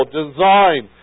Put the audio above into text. design